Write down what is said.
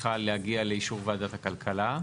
צריכה להגיע לאישור וועדת הכלכלה.